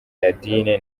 nadine